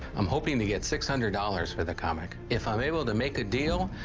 i'm hoping to get six hundred dollars for the comic. if i'm able to make a deal,